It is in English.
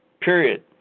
period